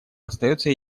остается